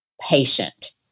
Patient